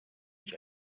ich